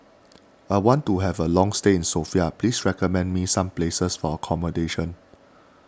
I want to have a long stay in Sofia please recommend me some places for accommodation